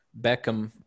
Beckham